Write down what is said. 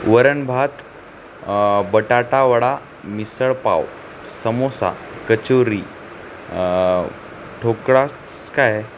वरण भात बटाटावडा मिसळपाव समोसा कचोरी ठोकळाच काय